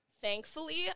thankfully